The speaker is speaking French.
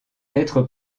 être